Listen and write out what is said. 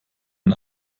ein